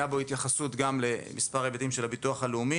הייתה בו התייחסות גם למספר היבטים של הביטוח הלאומי.